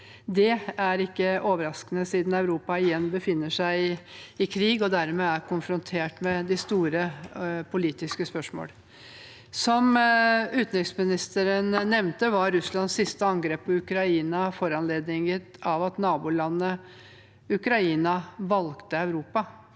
Det er ikke overraskende, siden Europa igjen befinner seg i krig, og dermed er konfrontert med de store politiske spørsmål. Som utenriksministeren nevnte, var Russlands siste angrep på Ukraina foranlediget av at nabolandet Ukraina valgte Europa,